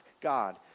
God